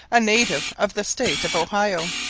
a native of the state of ohio.